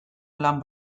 lan